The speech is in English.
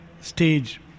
stage